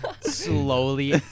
Slowly